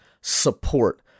support